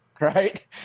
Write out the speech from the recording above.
right